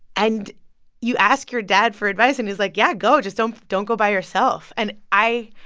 and you ask your dad for advice, and he's like, yeah, go. just don't don't go by yourself. and i